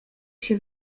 się